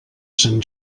sant